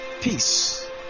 peace